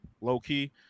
low-key